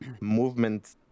movement